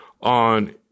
on